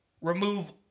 Remove